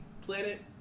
Planet